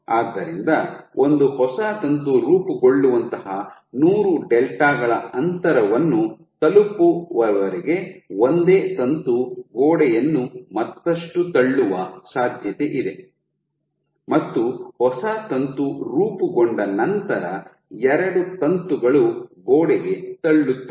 ಆದ್ದರಿಂದ ಒಂದು ಹೊಸ ತಂತು ರೂಪುಗೊಳ್ಳುವಂತಹ ನೂರು ಡೆಲ್ಟಾ ಗಳ ಅಂತರವನ್ನು ತಲುಪುವವರೆಗೆ ಒಂದೇ ತಂತು ಗೋಡೆಯನ್ನು ಮತ್ತಷ್ಟು ತಳ್ಳುವ ಸಾಧ್ಯತೆಯಿದೆ ಮತ್ತು ಹೊಸ ತಂತು ರೂಪುಗೊಂಡ ನಂತರ ಎರಡು ತಂತುಗಳು ಗೋಡೆಗೆ ತಳ್ಳುತ್ತದೆ